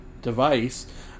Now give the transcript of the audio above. device